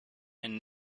and